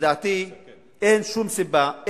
ולדעתי אין שום סיבה,